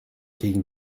gegen